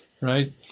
right